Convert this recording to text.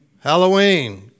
Halloween